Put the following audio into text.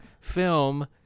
film